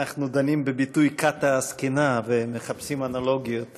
אנחנו דנים בביטוי "קאטה הזקנה" ומחפשים אנלוגיות